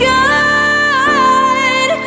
God